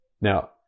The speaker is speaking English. Now